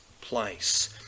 place